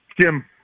jim